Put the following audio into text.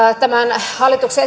tämä hallituksen